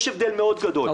יש הבדל מאוד גדול.